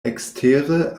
ekstere